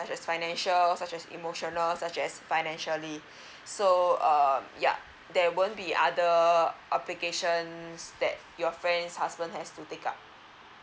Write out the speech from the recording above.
such as financial such as emotional such as financially so uh yeah there won't be other applications that your friend's husband has to take up